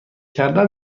کردن